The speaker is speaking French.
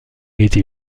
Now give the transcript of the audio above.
été